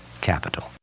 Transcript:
capital